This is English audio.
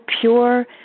pure